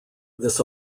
this